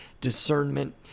discernment